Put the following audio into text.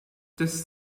this